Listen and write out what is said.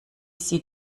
sieht